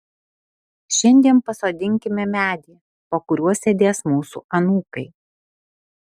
šiandien pasodinkime medį po kuriuo sėdės mūsų anūkai